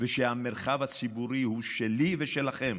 ושהמרחב הציבורי הוא שלי ושלכם.